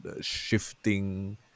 shifting